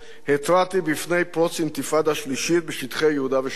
התרעתי מפני פרוץ אינתיפאדה שלישית בשטחי יהודה ושומרון.